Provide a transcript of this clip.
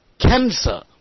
cancer